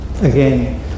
Again